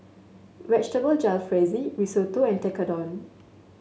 Vegetable Jalfrezi Risotto and Tekkadon